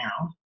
now